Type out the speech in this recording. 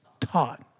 Taught